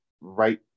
right